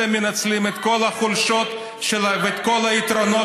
אתם מנצלים את כל החולשות ואת כל היתרונות